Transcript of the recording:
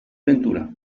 ventura